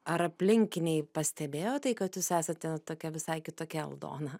ar aplinkiniai pastebėjo tai kad jūs esate tokia visai kitokia aldona